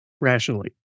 rationally